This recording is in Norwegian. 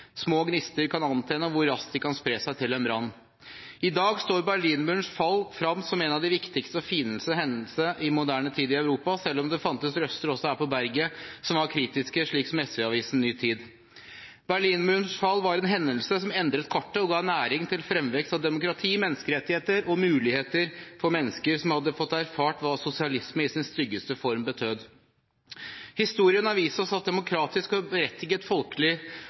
små gnister kan antenne, og hvor raskt de kan spre seg til en brann. I dag står Berlinmurens fall frem som en av de viktigste og fineste hendelsene i moderne tid i Europa, selv om det fantes røster også her på berget som var kritiske, slik som SV-avisen Ny Tid. Berlinmurens fall var en hendelse som endret kartet og ga næring til fremvekst av demokrati, menneskerettigheter og muligheter for mennesker som hadde fått erfare hva sosialisme i sin styggeste form betød. Historien har vist oss at demokratisk og berettiget folkelig